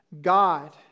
God